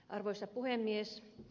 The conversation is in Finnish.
arvoisa puhemies